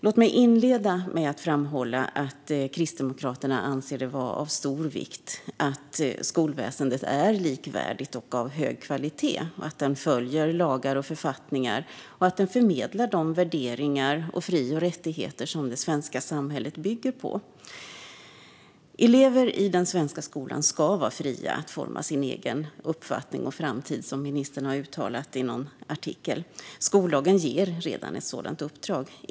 Låt mig inleda med att framhålla att Kristdemokraterna anser det vara av stor vikt att skolväsendet är likvärdigt och av hög kvalitet, att det följer lagar och författningar och förmedlar de värderingar och fri och rättigheter som det svenska samhället bygger på. Elever i den svenska skolan ska vara fria att forma sin egen uppfattning och framtid, som ministern har uttalat i någon artikel. Skollagen ger redan ett sådant uppdrag.